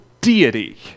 deity